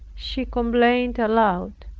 she complained aloud.